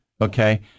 Okay